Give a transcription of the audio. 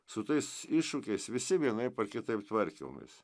su tais iššūkiais visi vienaip ar kitaip tvarkėmės